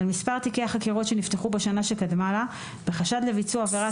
על מספר תיקי החקירות שנפתחו בשנה שקדמה לה בחשד לביצוע עבירת